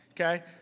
Okay